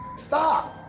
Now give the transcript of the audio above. stop!